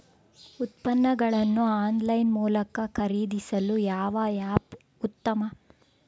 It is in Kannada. ಉತ್ಪನ್ನಗಳನ್ನು ಆನ್ಲೈನ್ ಮೂಲಕ ಖರೇದಿಸಲು ಯಾವ ಆ್ಯಪ್ ಉತ್ತಮ?